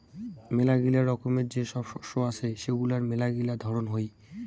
মেলাগিলা রকমের যে সব শস্য আছে সেগুলার মেলাগিলা ধরন হই